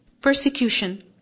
persecution